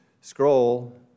scroll